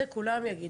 את זה כולם יגידו.